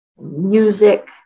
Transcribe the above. music